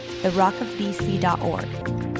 therockofbc.org